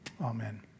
Amen